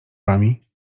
wami